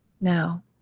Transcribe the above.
now